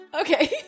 Okay